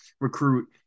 recruit